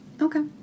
Okay